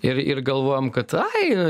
ir ir galvojam kad ai